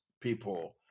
people